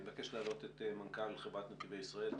אני מבקש להעלות את מנכ"ל חברת נתיבי ישראל,